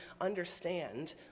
understand